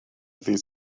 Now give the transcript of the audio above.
ddydd